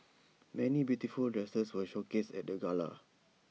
many beautiful dresses were showcased at the gala